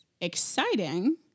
exciting